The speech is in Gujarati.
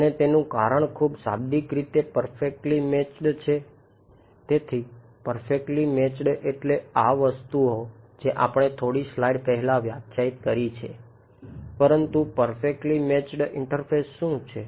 તેથી પરફેકટલી મેચ્ડ એટલે આ વસ્તુઓ જે આપણે થોડી સ્લાઇડ્સ પહેલા વ્યાખ્યાયિત કરી છે પરંતુ પરફેક્ટલી મેચ્ડ ઇન્ટરફેસ શું છે